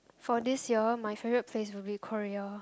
for this year my favourite place will be Korea